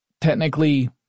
technically